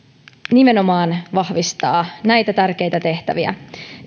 vahvistaa nimenomaan näitä tärkeitä tehtäviä